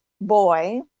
boy